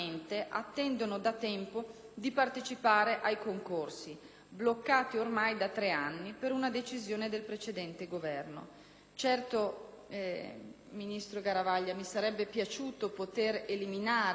di partecipare ai concorsi, bloccati ormai da tre anni per una decisione del precedente Governo. Mi rivolgo al ministro-ombra Garavaglia, per dire che mi sarebbe piaciuto poter eliminare la doppia idoneità,